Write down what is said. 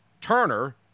Turner